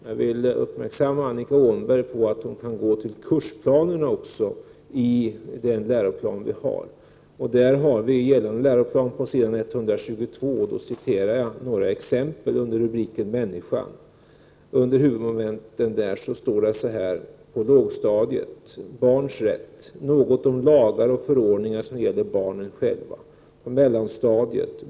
Jag vill uppmärksamma Annika Åhnberg på att hon också bör gå till kursplanerna i den läroplan vi har. Jag vill citera vad som står på s. 122. Under rubriken ”människan” står följande: Barnens rätt: Något om lagar och förordningar som gäller barnen själva.